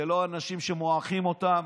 זה לא אנשים שמועכים אותם,